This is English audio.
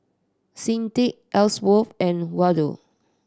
Sedrick Elsworth and Waldo